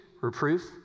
reproof